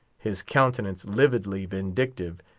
his countenance lividly vindictive,